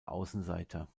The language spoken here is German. außenseiter